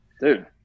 dude